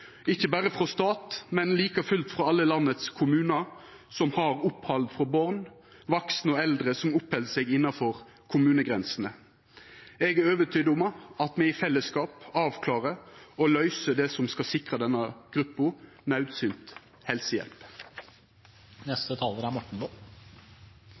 ikkje berre frå stat, men like fullt frå alle landets kommunar som har opphald frå born, vaksne og eldre som oppheld seg innanfor kommunegrensene. Eg er overtydd om at me i fellesskap avklarar og løyser det som skal sikra denne gruppa naudsynt